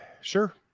Sure